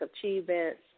achievements